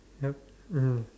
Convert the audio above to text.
yup mmhmm